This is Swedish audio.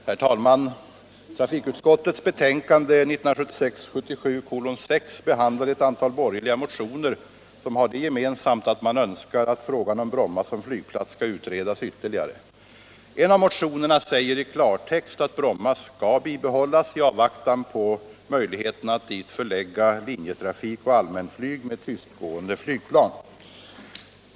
Herr talman! Trafikutskottets betänkande 1976/77:6 behandlar ett antal borgerliga motioner som har det gemensamt att man önskar att frågan om Bromma som flygplats skall utredas ytterligare. En av motionerna säger i klartext att Bromma skall bibehållas i avvaktan på möjligheterna att dit förlägga linjetrafik och allmänflyg med tystgående flygplan.